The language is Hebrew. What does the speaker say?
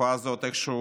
התופעה הזאת איכשהו